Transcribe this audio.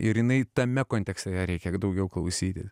ir jinai tame kontekste ją reikia daugiau klausytis